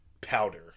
powder